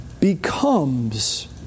becomes